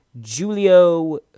Julio